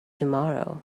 tomorrow